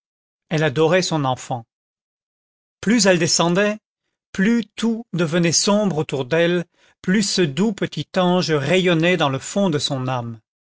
elle adorait son enfant plus elle descendait plus tout devenait sombre autour d'elle plus ce doux petit ange rayonnait dans le fond de son âme